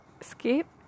escape